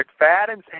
McFadden's